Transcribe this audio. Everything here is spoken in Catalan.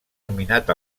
nominat